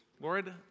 Lord